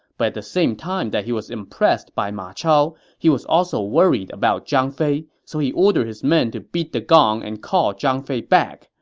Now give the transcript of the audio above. but at the same time that he was impressed by ma chao, he was also worried about zhang fei, so he ordered his men to beat the gong and call zhang fei back,